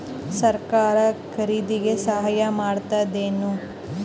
ಸರಕಾರ ಖರೀದಿಗೆ ಸಹಾಯ ಮಾಡ್ತದೇನು?